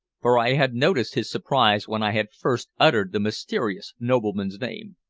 for i had noticed his surprise when i had first uttered the mysterious nobleman's name.